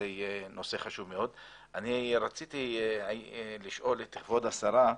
אני רציתי לשאול את כבוד השרה.